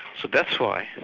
so that's why,